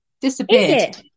Disappeared